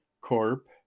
Corp